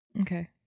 Okay